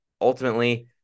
ultimately